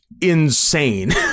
insane